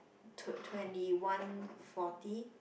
tw~ twenty one forty